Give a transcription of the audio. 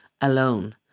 alone